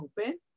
open